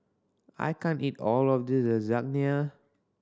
I can't eat all of this Lasagna